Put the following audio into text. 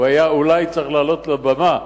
ואילו הוא היה צריך לעלות לבמה